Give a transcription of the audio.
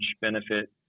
benefit